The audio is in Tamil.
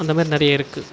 அந்த மாதிரி நிறைய இருக்குது